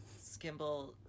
Skimble